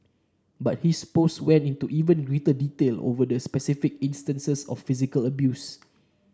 but his post went into even greater detail over the specific instances of physical abuse